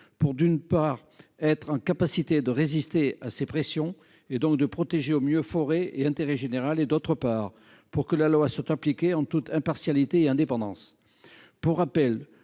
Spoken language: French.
qu'ils soient en capacité de résister à ces pressions, donc de protéger au mieux forêt et intérêt général, et, d'autre part, pour que la loi soit appliquée en toute impartialité et indépendance. Pour rappel,